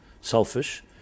selfish